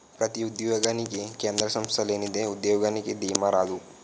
ప్రతి ఉద్యోగానికి కేంద్ర సంస్థ లేనిదే ఉద్యోగానికి దీమా రాదు